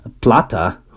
plata